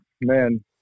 man